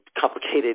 complicated